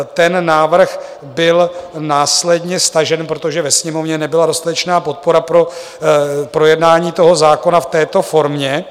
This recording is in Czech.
Ten návrh byl následně stažen, protože ve Sněmovně nebyla dostatečná podpora pro projednání toho zákona v této formě.